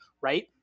Right